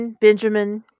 Benjamin